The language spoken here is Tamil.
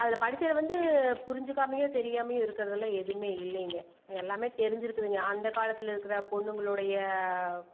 அதில் படிச்சது வந்து புரிஞ்சிக்காமையும் தெரியாமையும் இருக்கிறதெல்லாம் எதுவுமே இல்லைங்க எல்லாமே தெரிஞ்சுருக்குதுங்க அந்த காலத்தில் இருக்கிற பொண்ணுங்களுடைய